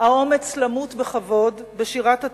האומץ למות בכבוד, בשירת "התקווה",